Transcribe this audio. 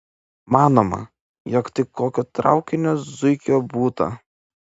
manoma jog tai kokio traukinio zuikio būta